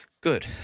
good